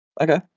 Okay